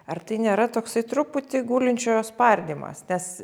ar tai nėra toksai truputį gulinčiojo spardymas nes